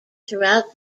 throughout